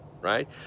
right